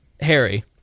Harry